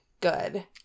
good